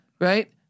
right